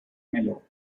malo